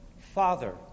Father